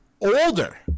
older